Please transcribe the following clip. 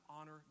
honor